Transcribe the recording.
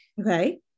Okay